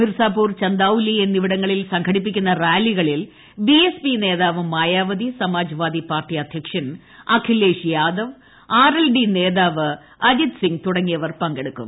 മിർസാപൂർ ചന്ദൌലി എന്നിവിടങ്ങളിൽ സംഘടിപ്പിക്കുന്ന റാലികളിൽ ബിഎസ്പി നേതാവ് മായാവതി സമാജ്വാദി പാർട്ടി അധ്യക്ഷൻ Akhilesh Yadav R L D നേതാവ് അജിത് സിംഗ് തുടങ്ങിയവർ പങ്കെടുക്കും